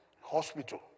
Hospital